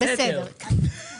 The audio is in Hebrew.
יש לנו הסתייגויות של ישראל ביתנו.